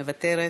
מוותרת,